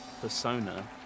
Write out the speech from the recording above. persona